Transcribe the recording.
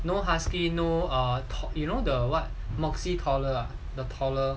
no husky no ah you know the what moxy